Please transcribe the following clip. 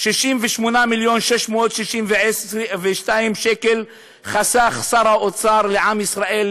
68 מיליון ו-662,000 שקלים חסך שר האוצר לעם ישראל,